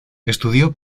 estudió